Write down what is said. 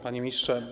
Panie Ministrze!